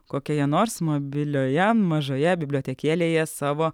kokioje nors mobilioje mažoje bibliotekėlėje savo